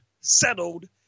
settled